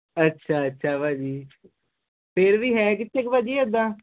ਅੱਛਾ ਅੱਛਾ ਭਾਅ ਜੀ ਫਿਰ ਵੀ ਹੈ ਕਿੱਥੇ ਕ ਭਾਅ ਜੀ ਐਦਾ